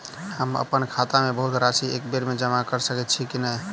हम अप्पन खाता मे बहुत राशि एकबेर मे जमा कऽ सकैत छी की नै?